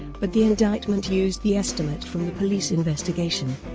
but the indictment used the estimate from the police investigation.